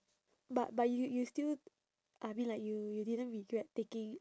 but but you you still I mean like you you didn't regret taking